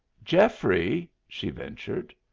geoffrey she ventured.